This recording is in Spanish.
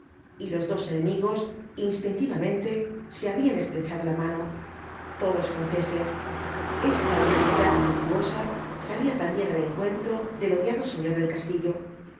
y los dos enemigos instintivamente se habían estrechado la mano todos franceses esta unanimidad afectuosa salía también al encuentro del odiado señor del castillo